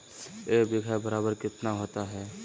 एक बीघा बराबर कितना होता है?